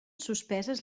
suspeses